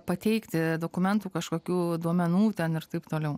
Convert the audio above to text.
pateikti dokumentų kažkokių duomenų ten ir taip toliau